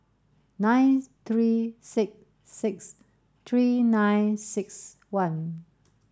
nine three six six three nine six one